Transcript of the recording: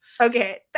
Okay